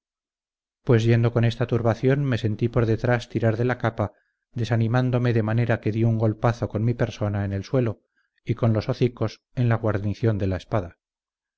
pues yendo con esta turbación me sentí por detrás tirar de la capa desanimándome de manera que di un golpazo con mi persona en el suelo y con los hocicos en la guarnición de la espada